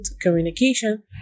communication